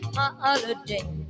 holiday